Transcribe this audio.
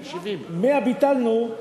100 ביטלנו,